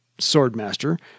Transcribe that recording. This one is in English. swordmaster